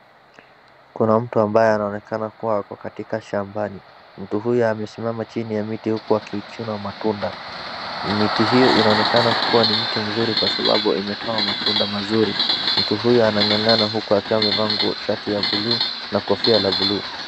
Kuna mtu ambaye anaonekana kuwa ako katika shambani. Mtu huyo amesimamam chini ya miti huku akichuna matunda. Miti hiyo inaonekana kuwa ni mti mzuri kwa sababu imetoa matunda mazuri. Mtu huyo anang'ang'ana huku akiwa amevaa shati ya bluu na kofia la bluu.